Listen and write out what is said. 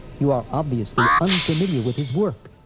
you are obviously unfamiliar with his work.